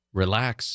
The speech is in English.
relax